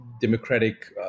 democratic